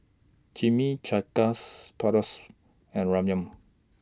Chimichangas Bratwurst and Ramyeon